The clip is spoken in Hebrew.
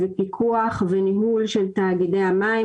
פיקוח וניהול של תאגידי המים.